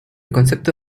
concepto